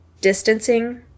distancing